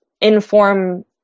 inform